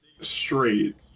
straight